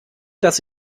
dass